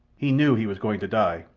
he knew he was going to die,